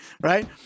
right